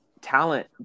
talent